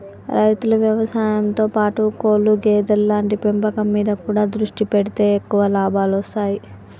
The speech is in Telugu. రైతులు వ్యవసాయం తో పాటు కోళ్లు గేదెలు లాంటి పెంపకం మీద కూడా దృష్టి పెడితే ఎక్కువ లాభాలొస్తాయ్